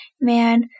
man